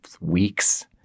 weeks